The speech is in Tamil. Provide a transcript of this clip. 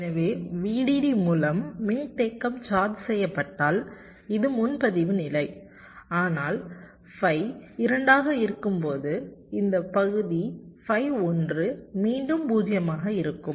எனவே VDD மூலம் மின்தேக்கம் சார்ஜ் செய்யப்பட்டால் இது முன்பதிவு நிலை ஆனால் phi 2 ஆக இருக்கும்போது இந்த பகுதி phi 1 மீண்டும் 0 ஆக இருக்கும்